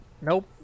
Nope